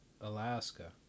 Alaska